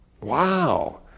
Wow